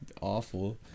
awful